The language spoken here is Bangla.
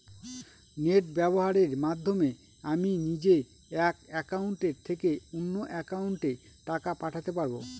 নেট ব্যবহারের মাধ্যমে আমি নিজে এক অ্যাকাউন্টের থেকে অন্য অ্যাকাউন্টে টাকা পাঠাতে পারব?